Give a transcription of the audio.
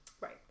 Right